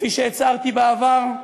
כפי שהצהרתי בעבר,